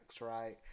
right